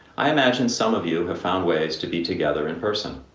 i imagine some of you have found ways to be together in person.